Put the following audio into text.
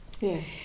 Yes